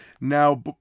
Now